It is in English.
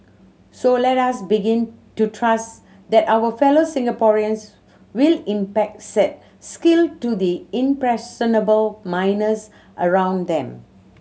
so let us begin to trust that our fellow Singaporeans will impact said skill to the impressionable minors around them